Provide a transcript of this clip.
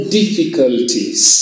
difficulties